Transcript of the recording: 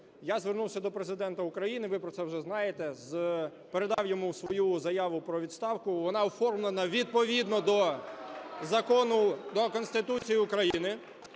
Я звернувся до Президента України, ви про це вже знаєте, передав йому свою заяву про відставку. Вона оформлена відповідно до закону, до Конституції України,